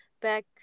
back